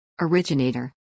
Originator